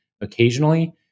occasionally